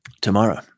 tomorrow